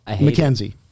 Mackenzie